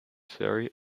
ferry